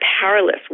powerless